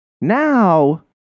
Now